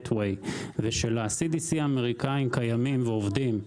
של gate way ושל ה-CDC האמריקאים קיימים ועובדים.